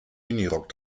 minirock